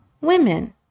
women